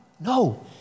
No